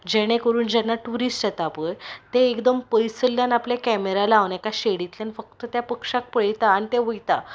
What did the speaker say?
जेणे करून जेन्ना ट्युरिस्ट येता पळय एकदम पयसल्ले कॅमेरा लावन एका शॅडींतल्यान फक्त त्या पक्ष्याक पळयता आनी ते वयता